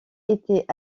était